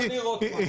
אז היא